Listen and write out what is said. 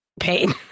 pain